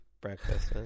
breakfast